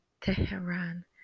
Tehran